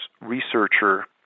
researcher